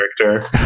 character